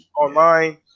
online